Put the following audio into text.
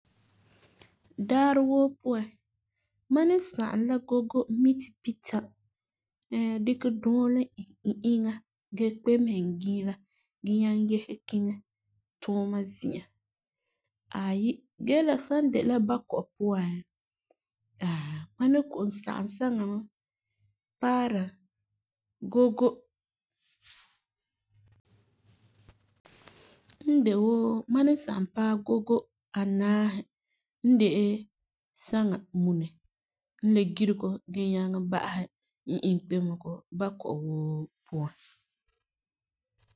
Daarɛ woo puan, mam in sagum la gogo mita pitã. dikɛ duulɛ b inya gee kemese n giila gee nyaa yese kiŋɛ tuuma zi'an. Ayi, gee la san de la bakɔi puan, mam ni kɔ'ɔm sagum saŋa mɛ paara gogo n de woo mam ni sagum paɛ gogo anaasi n de saŋa mune la girego gee nyaŋɛ ba'asɛ lnkpemesego bɔkɔi woo puan.